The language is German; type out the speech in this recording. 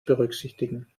berücksichtigen